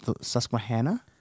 susquehanna